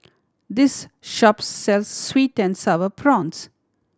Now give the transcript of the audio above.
this shop sells sweet and Sour Prawns